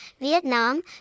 Vietnam